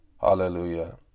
Hallelujah